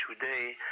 today